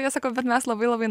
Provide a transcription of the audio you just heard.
jie sako bet mes labai labai